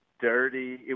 dirty